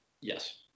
Yes